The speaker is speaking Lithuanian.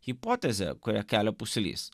hipotezė kuria kelio pusės